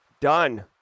done